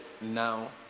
now